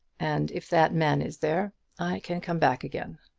and if that man is there i can come back again.